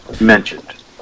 mentioned